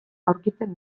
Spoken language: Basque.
aurkitzen